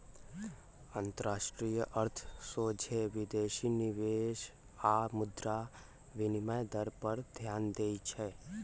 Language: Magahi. अंतरराष्ट्रीय अर्थ सोझे विदेशी निवेश आऽ मुद्रा विनिमय दर पर ध्यान देइ छै